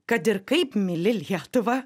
kad ir kaip myli lietuvą